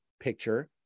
picture